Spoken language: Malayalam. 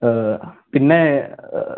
പിന്നെ